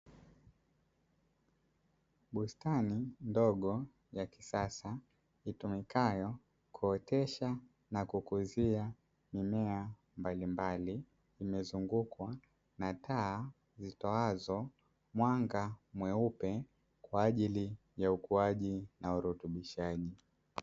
Bustani ndogo ya kisasa inayotumikayo kuotesha na kukuzia mimea mbalimbali, imezungukwa na taa zenye mwanga mweupe kwa ajili ya ukuaji na uoteshaji.